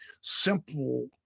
simple